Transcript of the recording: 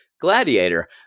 Gladiator